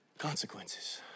consequences